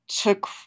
took